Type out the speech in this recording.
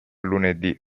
lunedì